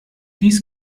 dies